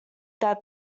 that